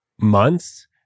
months